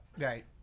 Right